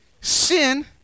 Sin